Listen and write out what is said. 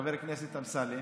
חבר הכנסת אמסלם.